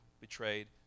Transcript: betrayed